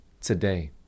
today